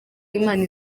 imana